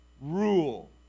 rule